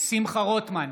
שמחה רוטמן,